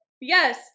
Yes